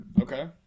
Okay